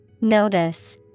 Notice